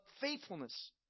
faithfulness